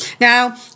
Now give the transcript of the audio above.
Now